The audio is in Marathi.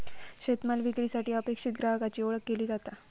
शेतमाल विक्रीसाठी अपेक्षित ग्राहकाची ओळख केली जाता